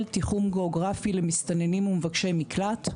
תיחום גיאוגרפי למסתננים ולמבקשי מקלט,